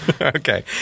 Okay